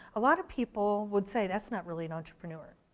a lot of people would say that's not really an entrepreneur.